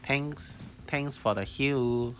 thanks thanks for the hill